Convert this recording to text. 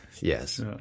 Yes